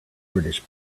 british